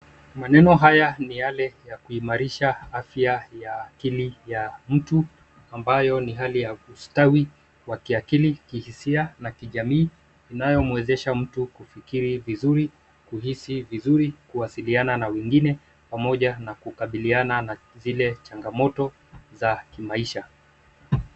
Maneno haya ni yale ya kuimarisha afya ya akili ya mtu ambayo ni hali ya kustawi kwa kiakili kihisia na kijamii inayomwezesha mtu kufikiri kuhisi vizuri kuwasiliana na wengine pamoja na kukabiliana na zile changamoto za maisha.